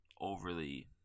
overly